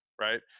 right